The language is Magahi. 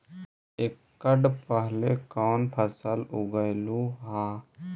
एकड़ पहले कौन फसल उगएलू हा?